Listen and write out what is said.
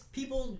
people